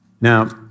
Now